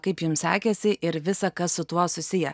kaip jums sekėsi ir visa kas su tuo susiję